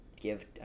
give